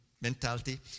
mentality